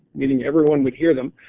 meaning everyone would hear them.